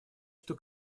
что